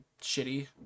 shitty